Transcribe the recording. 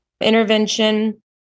intervention